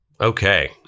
Okay